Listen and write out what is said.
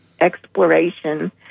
exploration